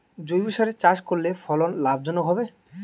জৈবসারে চাষ করলে ফলন লাভজনক হবে?